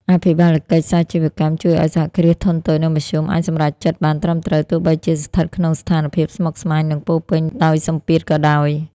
អភិបាលកិច្ចសាជីវកម្មជួយឱ្យ សហគ្រាសធុនតូច និងមធ្យម អាចសម្រេចចិត្តបានត្រឹមត្រូវ ទោះបីជាស្ថិតក្នុងស្ថានភាពស្មុគស្មាញ និងពោរពេញដោយសម្ពាធក៏ដោយ។